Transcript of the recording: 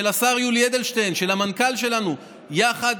של השר יולי אדלשטיין ושל המנכ"ל שלנו יחד,